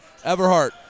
Everhart